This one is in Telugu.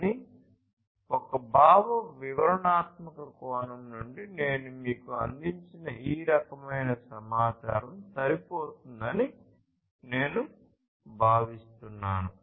కానీ ఒక భావ వివరణాత్మక కోణం నుండి నేను మీకు అందించిన ఈ రకమైన సమాచారం సరిపోతుందని నేను భావిస్తున్నాను